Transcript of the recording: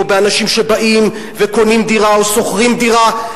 באנשים שבאים וקונים דירה או שוכרים דירה.